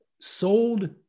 sold